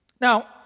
Now